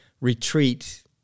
retreat